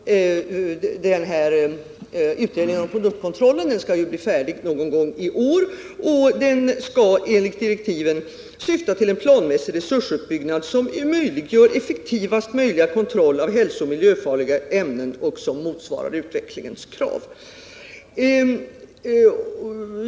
Utredningen om produktkontrollen skall bli färdig någon gång i år. Utredningen skall enligt direktiven syfta till en planmässig resursutbyggnad, som medger effektivaste möjliga kontroll av hälsooch miljöfarliga ämnen och som motsvarar utvecklingens krav.